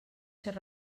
ser